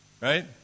Right